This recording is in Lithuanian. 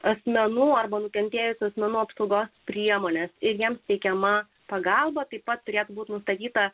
asmenų arba nukentėjusių asmenų apsaugos priemones ir jiems teikiama pagalba taip pat turėtų būti nustatyta